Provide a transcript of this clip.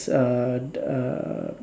uh